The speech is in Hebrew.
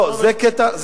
זה קטע חשוב,